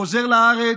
חוזר לארץ,